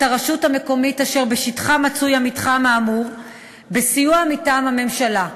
הרשות המקומית אשר בשטחה מצוי המתחם האמור בסיוע מטעם הממשלה.